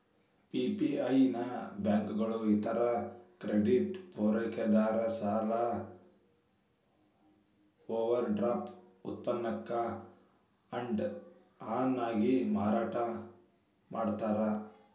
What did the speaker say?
PPI ನ ಬ್ಯಾಂಕುಗಳ ಇತರ ಕ್ರೆಡಿಟ್ ಪೂರೈಕೆದಾರ ಸಾಲ ಓವರ್ಡ್ರಾಫ್ಟ್ ಉತ್ಪನ್ನಕ್ಕ ಆಡ್ ಆನ್ ಆಗಿ ಮಾರಾಟ ಮಾಡ್ತಾರ